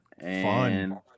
Fun